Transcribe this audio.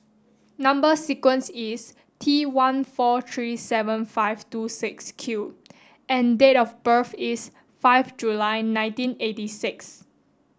number sequence is T one four three seven five two six Q and date of birth is five July nineteen eighty six